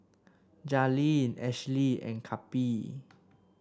Jalynn Ashlie and Cappie